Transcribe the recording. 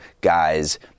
guys